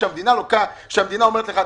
כשהמדינה אומרת לך,